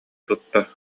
тутта